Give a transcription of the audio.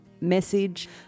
message